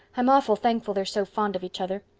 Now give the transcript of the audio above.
i'm awful thankful they're so fond of each other.